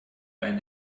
eine